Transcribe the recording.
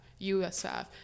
USF